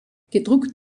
gedruckt